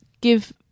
Give